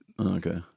Okay